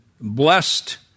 blessed